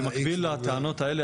במקביל לטענות האלה,